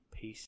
Peace